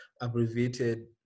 abbreviated